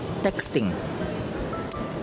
texting